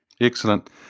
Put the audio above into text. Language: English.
Excellent